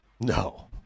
No